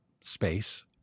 space